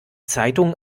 zeitung